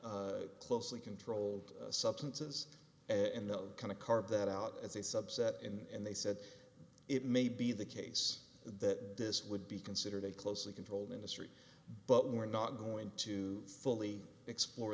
at closely controlled substances and the kind of carpet out as a subset and they said it may be the case that this would be considered a closely controlled industry but we're not going to fully explore